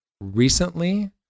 Recently